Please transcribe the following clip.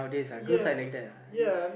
ya ya and